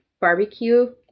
barbecue